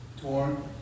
torn